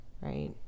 right